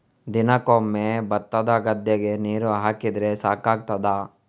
ದಿನಕ್ಕೆ ಒಮ್ಮೆ ಭತ್ತದ ಗದ್ದೆಗೆ ನೀರು ಹಾಕಿದ್ರೆ ಸಾಕಾಗ್ತದ?